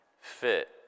fit